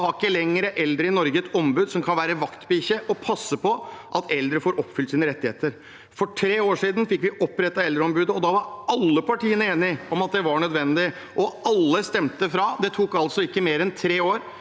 Da har ikke eldre i Norge lenger et ombud som kan være vaktbikkje og passe på at eldre får oppfylt sine rettigheter. For tre år siden fikk vi opprettet Eldreombudet. Da var alle partiene enige om at det var nødvendig, og alle stemte for. Det tok altså ikke mer enn tre år